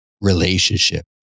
relationship